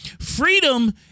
freedom